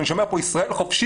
ואני שומע פה ישראל חופשית,